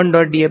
વિદ્યાર્થી 0